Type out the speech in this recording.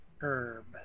Herb